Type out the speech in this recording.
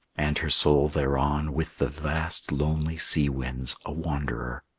and her soul thereon with the vast lonely sea-winds, a wanderer,